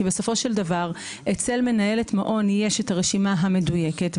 כי בסופו של דבר אצל מנהלת מעון יש את הרשימה המדויקת,